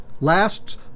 lasts